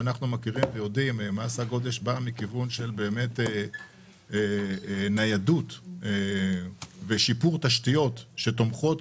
מס הגודש בא מכיוון של ניידות ושיפור תשתיות שתומכות